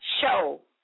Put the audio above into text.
show